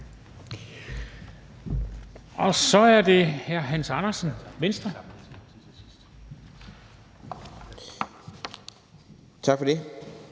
Så er det hr. Hans Andersen, Venstre. Kl.